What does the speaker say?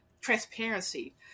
transparency